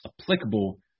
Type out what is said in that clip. applicable